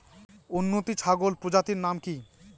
উন্নত ছাগল প্রজাতির নাম কি কি?